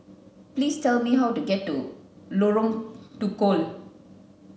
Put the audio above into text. please tell me how to get to Lorong Tukol